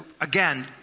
again